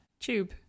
Tube